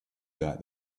that